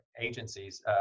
agencies